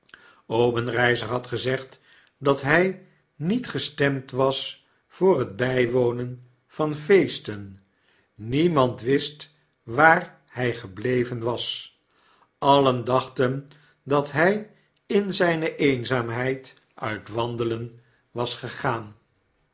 obenreizer had gezegd dat hy niet gestemd was voor het by wonen van feesten memand wist waar hy gebleven was allen dachten dat hy in zyne eenzaamheid uit wandelen was gegaan